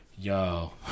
yo